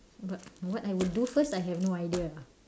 but what I would do first I have no idea